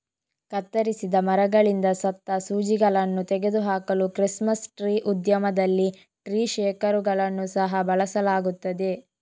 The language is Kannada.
ಕತ್ತರಿಸಿದ ಮರಗಳಿಂದ ಸತ್ತ ಸೂಜಿಗಳನ್ನು ತೆಗೆದು ಹಾಕಲು ಕ್ರಿಸ್ಮಸ್ ಟ್ರೀ ಉದ್ಯಮದಲ್ಲಿ ಟ್ರೀ ಶೇಕರುಗಳನ್ನು ಸಹ ಬಳಸಲಾಗುತ್ತದೆ